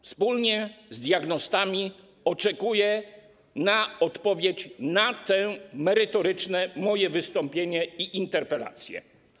Wspólnie z diagnostami oczekuję na odpowiedź na to moje merytoryczne wystąpienie i interpelację.